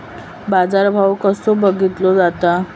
बाजार भाव कसो बघीतलो जाता?